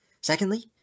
Secondly